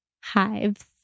hives